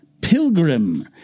Pilgrim